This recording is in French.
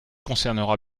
concernera